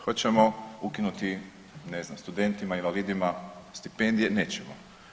Hoćemo ukinuti, ne znam studentima, invalidima stipendije, nećemo.